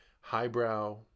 Highbrow